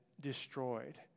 destroyed